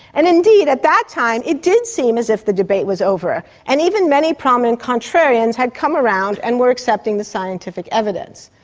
and indeed, at that time it did seem as if the debate was over, and even many prominent contrarians had come around and were accepting the scientific evidence.